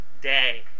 day